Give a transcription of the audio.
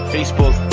Facebook